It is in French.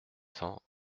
cents